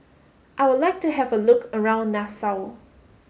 I would like to have a look around Nassau